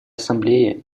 ассамблея